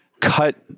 cut